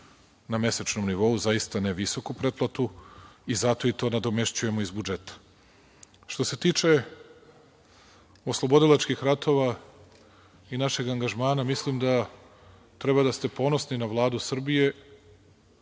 na mesečnom nivou, zaista ne visoku pretplatu, i zato i to nadomešćujemo iz budžeta. Što se tiče oslobodilačkih ratova i našeg angažmana, mislim da treba da ste ponosni na Vladu Srbije,